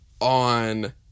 On